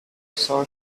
são